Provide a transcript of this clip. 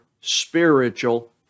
spiritual